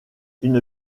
une